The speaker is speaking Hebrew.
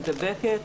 מידבקת,